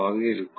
ஆக இருக்கும்